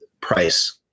price